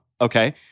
Okay